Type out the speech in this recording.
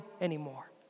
anymore